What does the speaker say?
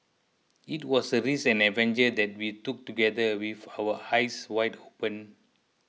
it was a risk and an adventure that we took together with our eyes wide open